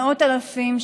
מאות אלפים,